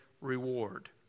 reward